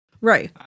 Right